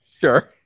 Sure